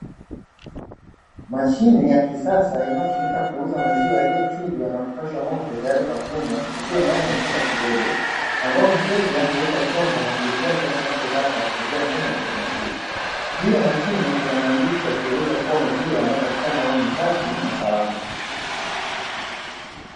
Mashine ya kisasa inayotumika kuuza maziwa yaliyochujwa na kupashwa moto tayari kwa kunywa, ikiwa ndani ya chumba kidogo ambacho mteja huweka chombo na kulipia kiasi anachotaka kupitia mfumo wa kiautomatiki, juu ya mashine kuna maandishi yanayoelezea kuwa maziwa yanayopatikana humu ni safi na salama.